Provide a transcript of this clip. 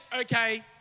okay